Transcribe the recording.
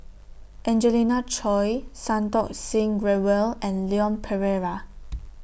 Angelina Choy Santokh Singh Grewal and Leon Perera